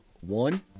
one